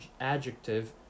adjective